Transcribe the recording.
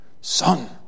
son